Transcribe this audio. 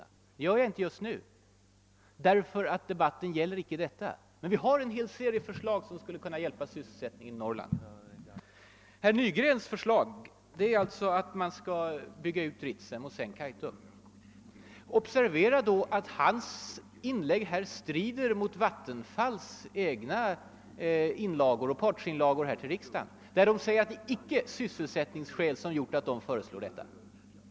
Men nu skall jag inte göra det, eftersom den här debatten inte gäller de frågorna. Vi har en hel serie förslag som skulle kunra hjälpa upp sysselsättningen i Norrland. Herr Nygrens förslag är att bygga ut Ritsem och därefter Kaitum. Men observera då att herr Nygrens inlägg här strider mot Vattenfalls egna inlagor här i riksdagen. Där sägs det att det inte är sysselsättningsskäl som gjort att Vattenfall lagt fram det här förslaget.